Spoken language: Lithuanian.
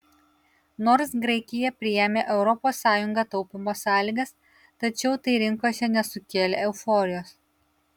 nors graikija priėmė europos sąjunga taupymo sąlygas tačiau tai rinkose nesukėlė euforijos